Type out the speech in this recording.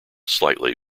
slightly